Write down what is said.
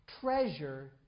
Treasure